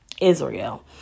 Israel